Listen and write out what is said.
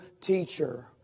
teacher